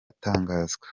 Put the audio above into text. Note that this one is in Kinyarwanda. atangazwa